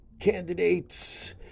candidates